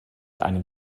einem